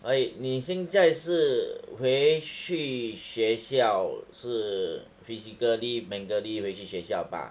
所以你现在是回去学校是 physically mentally 回去学校吧